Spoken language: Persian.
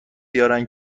بیارن